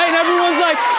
everyone's like,